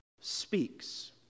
speaks